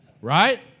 right